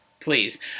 please